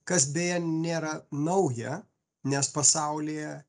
kas beje nėra nauja nes pasaulyje